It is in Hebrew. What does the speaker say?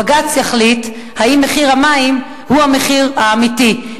בג"ץ יחליט אם מחיר המים הוא המחיר האמיתי,